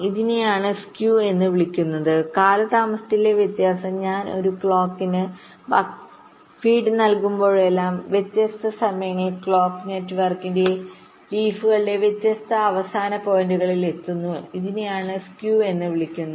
ഇതിനെയാണ് സ്ക്യൂ എന്ന് വിളിക്കുന്നത് കാലതാമസത്തിലെ വ്യത്യാസം ഞാൻ ഒരു ക്ലോക്കിന് ഭക്ഷണം നൽകുമ്പോഴെല്ലാം വ്യത്യസ്ത സമയങ്ങളിൽ ക്ലോക്ക് നെറ്റ്വർക്കിന്റെ ഇലകളുടെ വ്യത്യസ്ത അവസാന പോയിന്റുകളിൽ എത്തുന്നു ഇതിനെയാണ് സ്ക്യൂ എന്ന് വിളിക്കുന്നത്